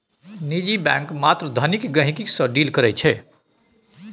निजी बैंक मात्र धनिक गहिंकी सँ डील करै छै